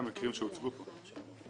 זה לא נותן מענה למקרים שהוצגו פה.